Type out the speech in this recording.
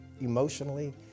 emotionally